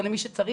או למי שצריך.